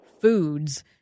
foods